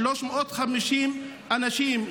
ו-350 אנשים,